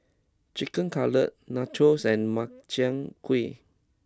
Chicken Cutlet Nachos and Makchang gui